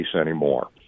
anymore